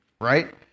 right